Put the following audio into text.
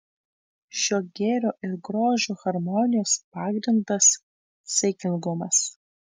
šios gėrio ir grožio harmonijos pagrindas saikingumas